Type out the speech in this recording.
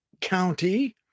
county